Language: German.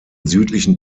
südlichen